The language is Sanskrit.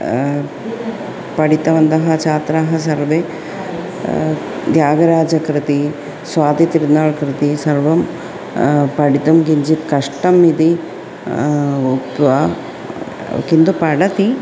पठुतवन्तः छात्राः सर्वे त्यागराजकृतिः स्वाति तिरुनाळ् कृतिः सर्वं पठितुं किञ्चित् कष्टम् इति उक्त्वा किन्तु पठति